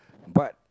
but